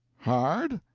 hard?